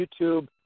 YouTube